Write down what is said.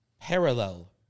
Parallel